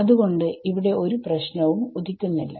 അത്കൊണ്ട് ഇവിടെ ഒരു പ്രശ്നവും ഉദിക്കുന്നില്ല